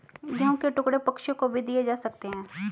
गेहूं के टुकड़े पक्षियों को भी दिए जा सकते हैं